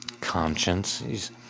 conscience